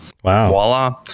voila